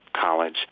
college